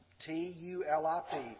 T-U-L-I-P